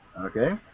Okay